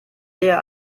eher